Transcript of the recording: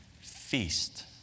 feast